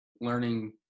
learning